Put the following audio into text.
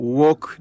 walk